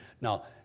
Now